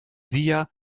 villa